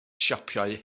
siapau